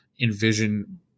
envision